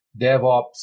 DevOps